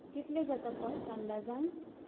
कितले ताका कॉस्ट अंदाजान